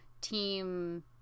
team